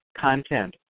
content